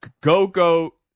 go-go